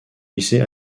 lycée